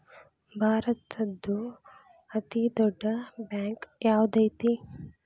ಭಾರತದ್ದು ಅತೇ ದೊಡ್ಡ್ ಬ್ಯಾಂಕ್ ಯಾವ್ದದೈತಿ?